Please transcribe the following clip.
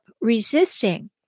resisting